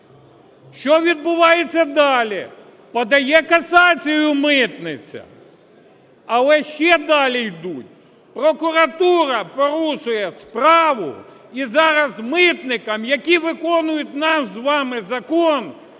Що відбувається далі? Подає касацію митниця, але ще далі ідуть: прокуратура порушує справу, і зараз митникам, які виконують наш з вами закон,